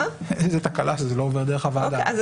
איזו תקלה כשזה לא עובר דרך הוועדה.